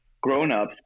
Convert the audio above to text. grown-ups